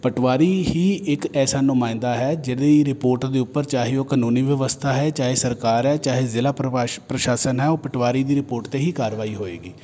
ਪਟਵਾਰੀ ਹੀ ਇੱਕ ਐਸਾ ਨੁਮਾਇੰਦਾ ਹੈ ਜਿਹਦੀ ਰਿਪੋਰਟ ਦੇ ਉੱਪਰ ਚਾਹੇ ਉਹ ਕਾਨੂੰਨੀ ਵਿਵਸਥਾ ਹੈ ਚਾਹੇ ਸਰਕਾਰ ਹੈ ਚਾਹੇ ਜ਼ਿਲ੍ਹਾ ਪਰਭਾਸਨ ਪ੍ਰਸ਼ਾਸਨ ਹੈ ਉਹ ਪਟਵਾਰੀ ਦੀ ਰਿਪੋਰਟ 'ਤੇ ਹੀ ਕਾਰਵਾਈ ਹੋਏਗੀ